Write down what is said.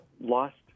lost